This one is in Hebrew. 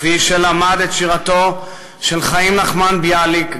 כפי שלמד את שירתו של חיים נחמן ביאליק,